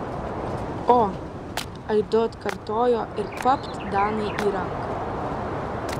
o aidu atkartojo ir papt danai į ranką